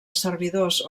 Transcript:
servidors